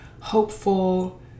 hopeful